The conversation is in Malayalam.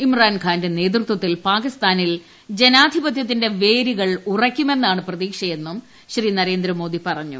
ഇമ്രാൻഖാന്റെ നേതൃത്വത്തിൽ പാകിസ്ഥാനിൽ ജനാധിപതൃത്തിന്റെ വേരുകൾ ഉറയ്ക്കുമെന്നാണ് പ്രതീക്ഷിയെന്നും നരേന്ദ്രമോദി പറഞ്ഞു